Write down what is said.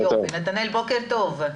נתנאל בוקר טוב.